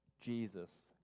Jesus